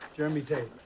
jeremy taylor.